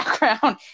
background